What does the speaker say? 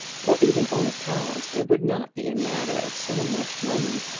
or even only calloused, it would not be a matter of so much moment.